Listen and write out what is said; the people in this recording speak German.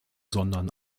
sondern